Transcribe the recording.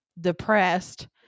depressed